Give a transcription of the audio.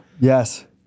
Yes